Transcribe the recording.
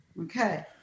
okay